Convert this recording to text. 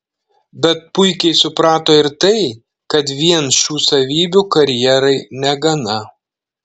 bet puikiai suprato ir tai kad vien šių savybių karjerai negana